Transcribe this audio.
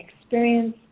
experience